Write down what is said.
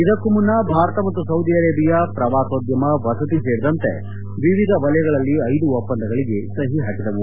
ಇದಕ್ಕೂ ಮುನ್ನ ಭಾರತ ಮತ್ತು ಸೌದಿ ಅರೇಬಿಯಾ ಪ್ರವಾಸೋದ್ಯಮ ವಸತಿ ಸೇರಿದಂತೆ ವಿವಿಧ ವಲಯಗಳಲ್ಲಿ ಐದು ಒಪ್ಪಂದಗಳಿಗೆ ಸಹಿ ಹಾಕಿದವು